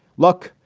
look,